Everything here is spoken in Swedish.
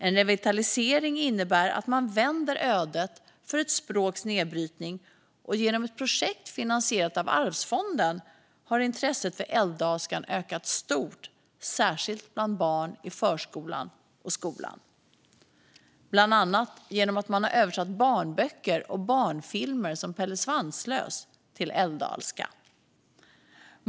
En revitalisering innebär att man vänder ödet för ett språks nedbrytning. Genom ett projekt finansierat av Allmänna arvsfonden har intresset för älvdalskan ökat stort, särskilt bland barn i förskolan och skolan. Det har bland annat skett genom att man har översatt barnböcker och barnfilmer, som dem om Pelle Svanslös, till älvdalska.